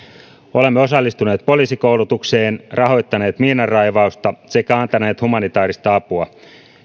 olemme osallistuneet poliisikoulutukseen rahoittaneet miinanraivausta sekä antaneet humanitaarista apua